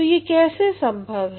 तो ये कैसे संभव है